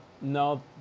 No